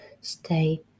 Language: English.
stay